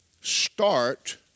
Start